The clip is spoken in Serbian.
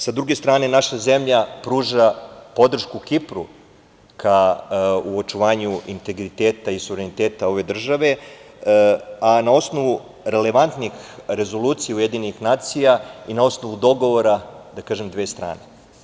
Sa druge strane naša zemlja pruža podršku Kipru u očuvanju integriteta i suvereniteta ove države, a na osnovu relevantnih rezolucija UN i na osnovu dogovora dve strane.